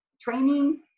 training